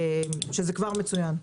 שזה כבר מצוין.